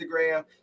Instagram